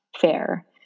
fair